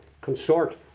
consort